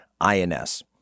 INS